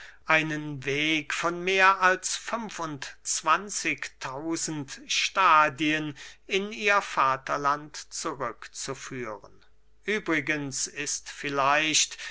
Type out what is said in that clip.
einen weg von mehr als zwanzig tausend stadien in ihr vaterland zurück zu führen übrigens ist vielleicht